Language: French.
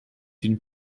une